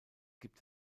gibt